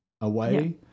away